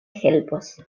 helpos